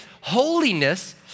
holiness